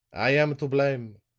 i am to blame,